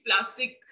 plastic